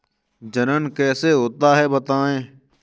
जनन कैसे होता है बताएँ?